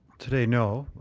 today, no.